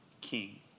king